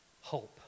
hope